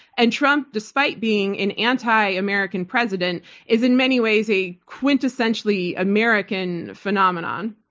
and trump, despite being an anti-american president is, in many ways, a quintessentially american phenomenon.